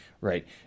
right